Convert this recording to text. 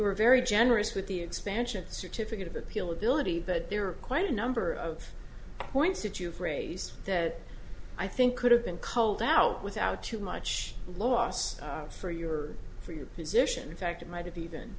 were very generous with the expansion certificate of appeal ability that there are quite a number of points that you've raised that i think could have been culled out without too much loss for your for your position in fact it might